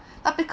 or because